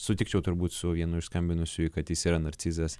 sutikčiau turbūt su vienu iš skambinusiųjų kad jis yra narcizas